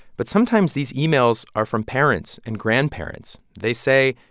but sometimes, these emails are from parents and grandparents. they say,